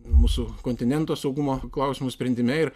mūsų kontinento saugumo klausimų sprendime ir